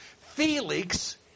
Felix